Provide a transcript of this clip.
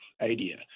idea